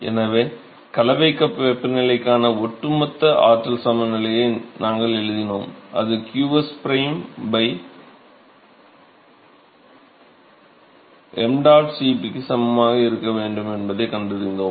எனவே கலவை கப் வெப்பநிலைக்கான ஒட்டுமொத்த ஆற்றல் சமநிலையை நாங்கள் எழுதினோம் அது qs prime P ṁ Cp க்கு சமமாக இருக்க வேண்டும் என்பதைக் கண்டறிந்தோம்